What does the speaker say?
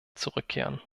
zurückkehren